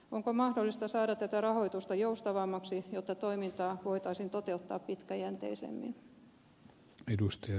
onko mahdollista saada tätä rahoitusta joustavammaksi jotta toimintaa voitaisiin toteuttaa pitkäjänteisemmin